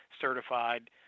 certified